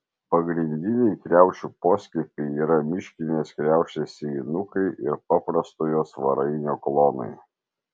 pagrindiniai kriaušių poskiepiai yra miškinės kriaušės sėjinukai ir paprastojo svarainio klonai